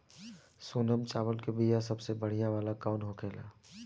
सोनम चावल के बीया सबसे बढ़िया वाला कौन होखेला?